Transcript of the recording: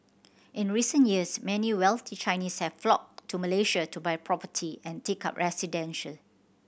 in recent years many wealthy Chinese have flocked to Malaysia to buy property and take up